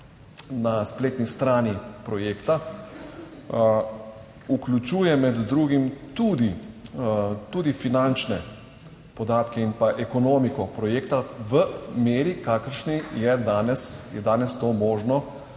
na spletni strani projekta vključuje med drugim tudi finančne podatke in pa ekonomiko projekta v meri kakršni je danes, je